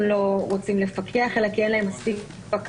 לא רוצות לפקח אלא כי אין להן מספיק פקחים.